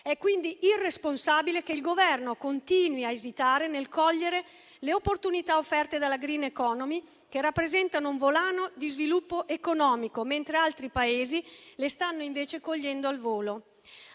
È quindi irresponsabile che il Governo continui a esitare nel cogliere le opportunità offerte dalla *green economy*, che rappresentano un volano di sviluppo economico, mentre altri Paesi le stanno invece cogliendo al volo.